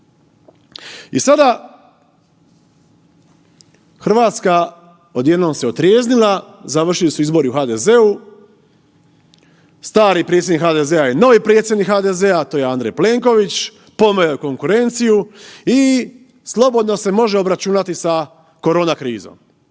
I sada Hrvatska odjednom se otrijeznila, završili su izbori u HDZ-u, stari predsjednik HDZ-a je novi predsjednik HDZ-a, a to je Andrej Plenković, pomeo je konkurenciju i slobodno se može obračunati sa korona krizom.